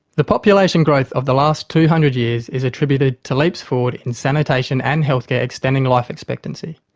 the population growth of the last two hundred years is attributed to leaps forward in sanitation and healthcare extending life expectancy,